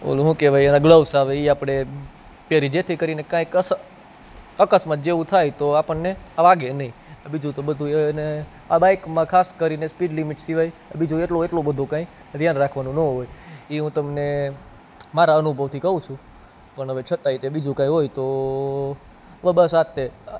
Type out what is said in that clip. પેલું શું કહેવાય એને ગ્લોવઝ હવે એ આપણે પહેરીએ જેથી કરી કાંઈક અક અકસ્માત જેવું થાય તો આપણને વાગે નહીં બીજું તો બધું એને આ બાઇકમાં ખાસ કરીને સ્પીડ લિમિટ સિવાય બીજું એટલું એટલું બધું કાંઈ ધ્યાન રાખવાનું ન હોય એ હું તમને મારા અનુભવથી કહું છું પણ હવે છતાંય બીજું કાંઈ હોય તો બસ આ જ તે